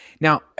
Now